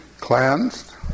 cleansed